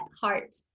heart